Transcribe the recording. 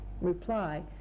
reply